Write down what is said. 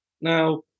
Now